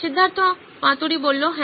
সিদ্ধার্থ মাতুরি হ্যাঁ